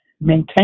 maintain